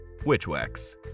Witchwax